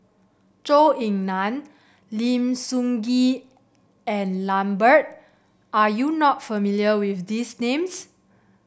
Zhou Ying Nan Lim Sun Gee and Lambert are you not familiar with these names